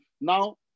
Now